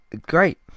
Great